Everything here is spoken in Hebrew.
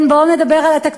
כן, בואו נדבר על התקציב.